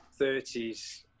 30s